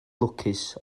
lwcus